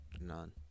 None